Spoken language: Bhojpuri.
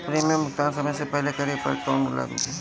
प्रीमियम भुगतान समय से पहिले करे पर कौनो लाभ मिली?